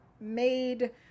made